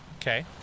Okay